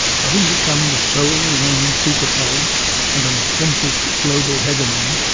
having become the sole remaining superpower and an authentic global hegemon,